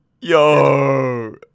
Yo